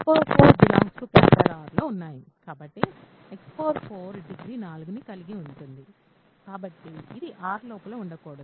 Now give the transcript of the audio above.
కాబట్టి x 4 degree 4ని కలిగి ఉంది కాబట్టి ఇది R లోపల ఉండకూడదు